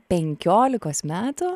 penkiolikos metų